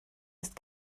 ist